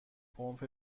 پمپ